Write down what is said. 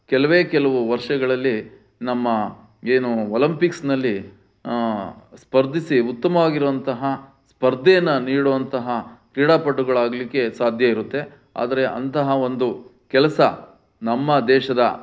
ಕೆಲವೇ ಕೆಲವು ವರ್ಷಗಳಲ್ಲಿ ನಮ್ಮ ಏನು ಒಲಂಪಿಕ್ಸ್ನಲ್ಲಿ ಸ್ಪರ್ಧಿಸಿ ಉತ್ತಮವಾಗಿರುವಂತಹ ಸ್ಪರ್ಧೆಯನ್ನು ನೀಡುವಂತಹ ಕ್ರೀಡಾಪಟುಗಳಾಗಲಿಕ್ಕೆ ಸಾಧ್ಯ ಇರುತ್ತೆ ಆದರೆ ಅಂತಹ ಒಂದು ಕೆಲಸ ನಮ್ಮ ದೇಶದ